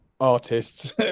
artists